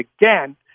again